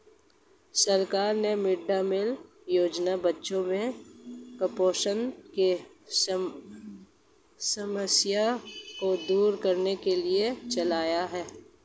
सरकार ने mid day meal योजना बच्चों में कुपोषण की समस्या को दूर करने के लिए चलाया है